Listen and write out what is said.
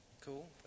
Cool